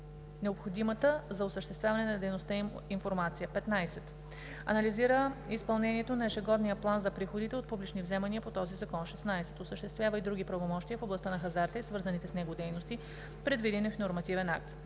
необходимата за осъществяване на дейността им информация; 15. анализира изпълнението на ежегодния план за приходите от публични вземания по този закон; 16. осъществява и други правомощия в областта на хазарта и свързаните с него дейности, предвидени в нормативен акт.